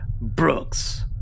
Brooks